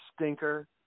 stinker